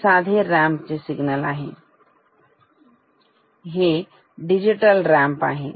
हे साधे रॅम्प आहे हे डिजिटल रॅम्प आहे